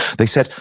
they said,